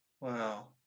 Wow